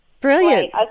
brilliant